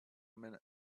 minute